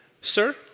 sir